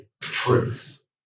truth